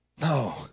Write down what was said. No